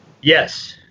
Yes